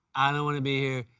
i don't want to be here.